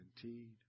guaranteed